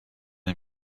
nel